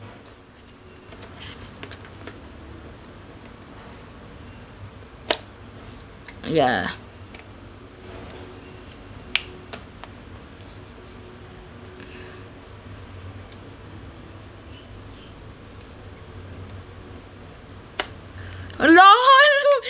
ya uh LOL